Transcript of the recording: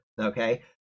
Okay